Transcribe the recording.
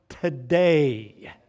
today